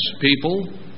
people